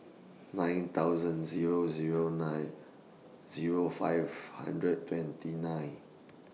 nine thousand Zero Zero nine Zero five hundred twenty nine